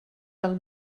del